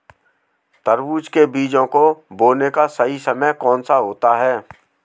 तरबूज के बीजों को बोने का सही समय कौनसा होता है?